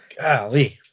Golly